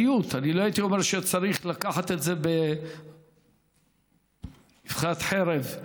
אני לא אומר שצריך לקחת את זה באבחת חרב,